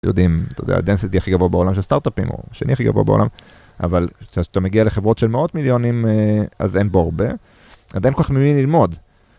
יודעים, אתה יודע, הדנסיטי הכי גבוה בעולם של סטארט-אפים, או שני הכי גבוה בעולם, אבל כשאתה מגיע לחברות של מאות מיליונים, אז אין בו הרבה, אז אין כל כך ממי ללמוד.